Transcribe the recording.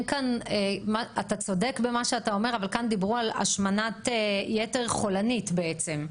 אתה צודק במה שאתה אומר אבל כאן דיברו על השמנת יתר חולנית בעצם.